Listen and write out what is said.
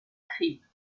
crime